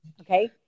Okay